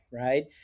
right